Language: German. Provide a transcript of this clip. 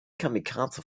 kamikaze